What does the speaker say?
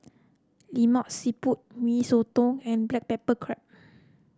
Lemak Siput Mee Soto and Black Pepper Crab